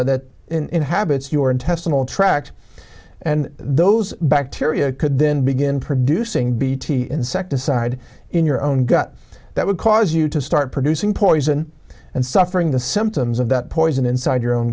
a that in habits your intestinal tract and those bacteria could then begin producing bt insecticide in your own gut that would cause you to start producing poison and suffering the symptoms of that poison inside your